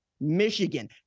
Michigan